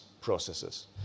processes